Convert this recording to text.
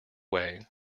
way